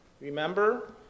Remember